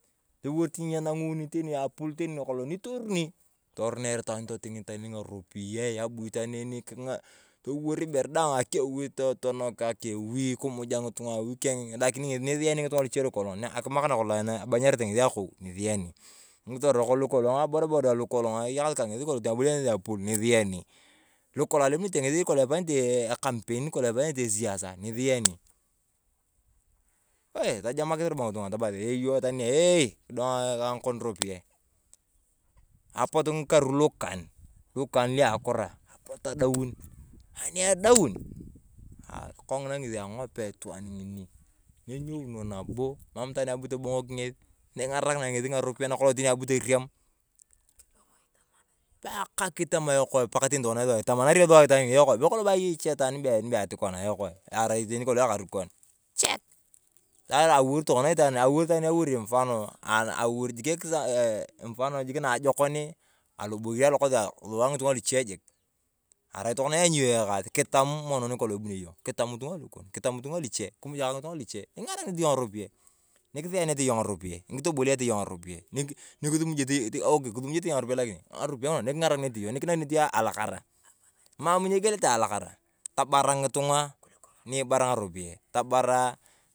Torior nianang’uni tani apuul nakolong nitoruni toroner itwaa totingi itwaa ngaropiaye abu itwaaa eyeen toliwor ibore daang ake awi tonok ake awi kimuja ngitung’a lakini ngesi nisi yani ngitang’a luche lokong ngikimak nakolong abanyarete ngesi akou. Ngisorok lokolong abodaboda lokong ayakasi ka ngesi lokolong aboliate apuul nisiyani lokolong alemute a kampein epanyete esiasa nisiani. Wooe tajamaku robo ngitunga tamasi eeoo ngitang’a eeoye kidong ka angokon ropiaye apot ngikaru lukan lukan luakura apotu tadaun. Anyidaun kongina ngesi ang’opiea itwaa gini. Nyenyeuno nabo mam itwaan abu tobong’ok ngesi ningarakin ngesi ngaropiaye nakolong abu toriam be kak tama ekoe paka tani tokona etamanario su be kolong bo aye itwaa nibe ati kona ekoe erai kolong ekarikon chek be aliwour tokona mfano jik niajokon aloboyor alokos sua ngiche jik. Arai aanya eekas kitam nikolong eebanip iyong kitam ngitung’a lokon kitam ngitung’a luche kimuja ka ngitung’a luche nikangarakinete yong ngarupiaye nikisiyane te iyong ng’aropiaye nikisiyane te iyong ng’aropiaye nikitiboliate iyong ngaropiaye nikisimaje te ngaropiaye nguna nikinakinete iyong alakara. Mam nyegilete alakara, tebar ngitung’a nyibar ngaropiaye tabaraa aaa.